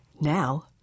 Now